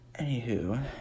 Anywho